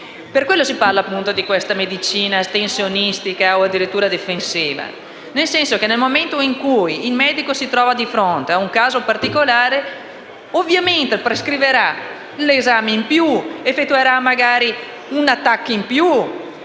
Per questo si parla di medicina astensionistica o addirittura difensiva: nel momento in cui il medico si trova di fronte ad un caso particolare, ovviamente prescriverà l'esame in più, effettuerà magari una TAC in più